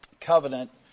covenant